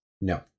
No